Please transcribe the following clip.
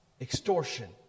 extortion